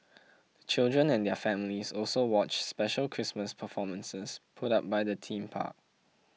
the children and their families also watched special Christmas performances put up by the theme park